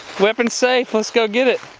weapon's safe, let's go get it.